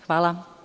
Hvala.